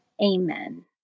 Amen